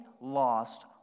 lost